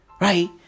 Right